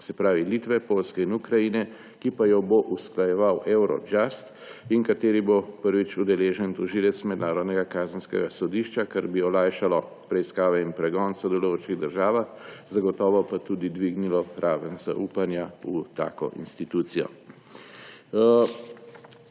skupini Litve, Poljske in Ukrajine, ki jo bo usklajeval Eurojust in v kateri bo prvič udeležen tožilec Mednarodnega kazenskega sodišča, kar bi olajšalo preiskave in pregon v sodelujočih državah, zagotovo pa tudi dvignilo raven zaupanja v tako institucijo.